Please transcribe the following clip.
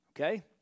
Okay